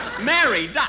Mary